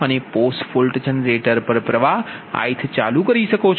અને post fault generator પર પ્ર્વાહ ith ચાલુ કરી શકો છો